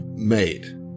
Made